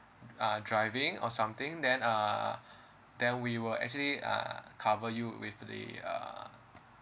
uh driving or something then uh then we will actually uh cover you with the uh